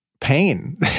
pain